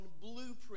Blueprint